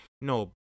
no